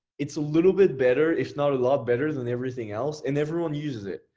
it's a little bit better. if not a lot better than everything else. and everyone uses it.